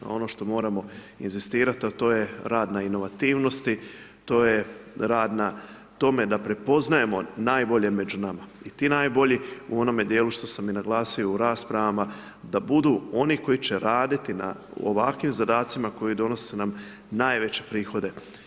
Ono što moramo inzistirati to je rad na inovativnosti, to je rad na tome da prepoznajemo najbolje među nama i ti najbolji u onome dijelu što sam i naglasio i u raspravama, da budu oni koji će raditi na ovakvim zadacima koji donose najveće prihode.